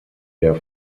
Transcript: der